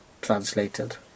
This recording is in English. translated